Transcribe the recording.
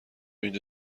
اینجا